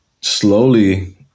slowly